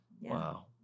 Wow